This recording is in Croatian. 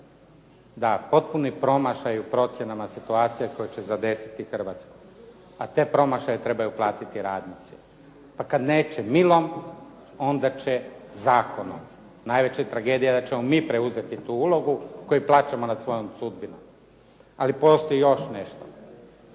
Da potpuni promašaj u procjenama situacije koje će zadesiti Hrvatsku, a te promašaje trebaju platiti radnici. A kad neće milom, onda će zakonom. Najveća je tragedija da ćemo mi preuzeti tu ulogu koji plačemo nad svojom sudbinom. Ali postoji još nešto.